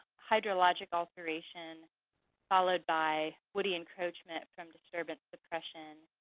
hydrologic alteration followed by woody encroachment from disturbance depression,